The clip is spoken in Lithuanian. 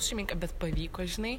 šeiminką bet pavyko žinai